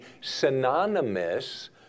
synonymous